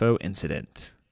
incident